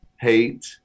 hate